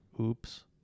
Oops